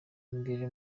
imbere